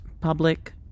Public